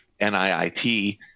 NIIT